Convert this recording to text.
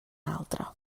altre